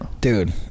dude